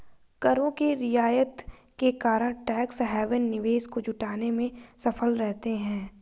करों के रियायत के कारण टैक्स हैवन निवेश को जुटाने में सफल रहते हैं